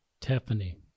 Tiffany